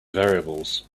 variables